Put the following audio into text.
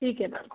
ठीक है मैम